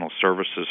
services